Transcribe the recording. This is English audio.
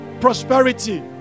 prosperity